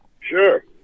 Sure